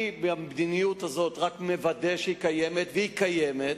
אני רק מוודא שהמדיניות הזאת קיימת, והיא קיימת.